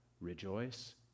Rejoice